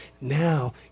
now